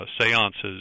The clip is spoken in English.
seances